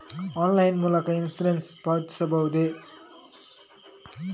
Online ಮೂಲಕ insurance ನ್ನು ಪಾವತಿಸಬಹುದೇ?